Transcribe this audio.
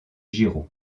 giraud